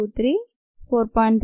26 1 ద్వారా 0